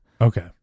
Okay